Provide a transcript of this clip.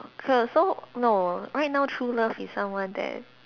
so so no right now true love is someone that